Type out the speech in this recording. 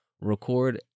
record